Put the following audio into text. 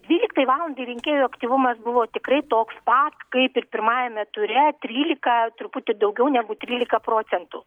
dvyliktai valandai rinkėjų aktyvumas buvo tikrai toks pat kaip ir pirmajame ture trylika truputį daugiau negu trylika procentų